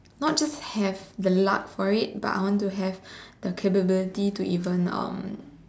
not just have the luck for it but I want to have the capability to even um